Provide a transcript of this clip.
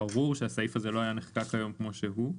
ברור שהסעיף הזה לא היה נחקק היום כמו שהוא.